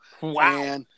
Wow